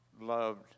loved